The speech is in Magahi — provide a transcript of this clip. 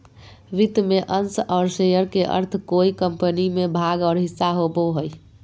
वित्त में अंश और शेयर के अर्थ कोय कम्पनी में भाग और हिस्सा होबो हइ